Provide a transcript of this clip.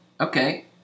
okay